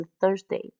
Thursday